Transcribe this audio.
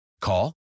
Call